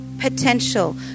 potential